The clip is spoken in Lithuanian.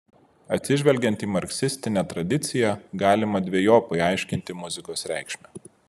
atsižvelgiant į marksistinę tradiciją galima dvejopai aiškinti muzikos reikšmę